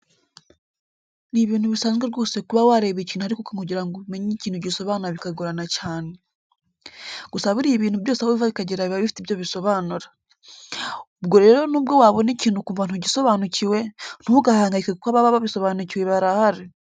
Ni ibintu bisanzwe rwose kuba wareba ikintu ariko kugira ngo umenye ikintu gisobanura bikagorana cyane. Gusa buriya ibintu byose aho biva bikagera biba bifite ibyo bisobanura. Ubwo rero nubwo wabona ikintu ukumva ntugisobanukiwe, ntugahangayike kuko ababa babisobanukiwe barahari.